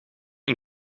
een